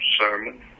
sermon